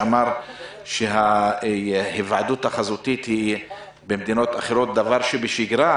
שאמר שההיוועדות החזותית במדינות אחרות היא דבר שבשגרה,